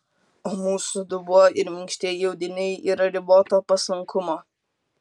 o mūsų dubuo ir minkštieji audiniai yra riboto paslankumo